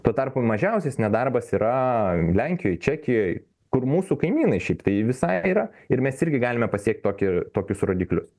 tuo tarpu mažiausias nedarbas yra lenkijoj čekijoj kur mūsų kaimynai šiaip tai visai yra ir mes irgi galime pasiekt tokį tokius rodikliu